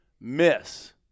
Miss